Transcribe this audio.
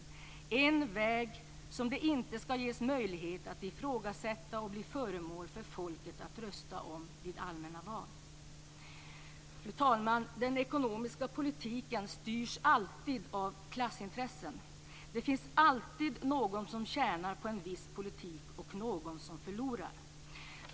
Det är en väg som det inte skall ges möjlighet att ifrågasätta. Det skall inte bli möjligt för folket att rösta om den i allmänna val. Fru talman! Den ekonomiska politiken styrs alltid av klassintressen. Det finns alltid någon som tjänar på en viss politik och någon som förlorar.